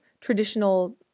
traditional